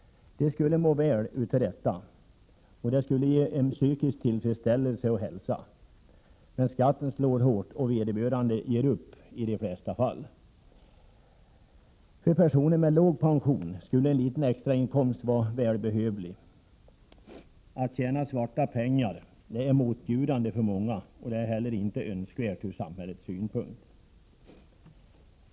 Man skulle må väl av detta och det skulle ge psykisk tillfredsställelse och hälsa. Men skatten slår hårt, och vederbörande ger upp i de flesta fall. För personer med låg pension skulle en liten extrainkomst vara välbehövlig. Att tjäna svarta pengar är motbjudande för många och det är heller inte önskvärt ur samhällets synpunkt.